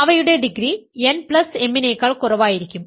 അവയുടെ degree n m നേക്കാൾ കുറവായിരിക്കും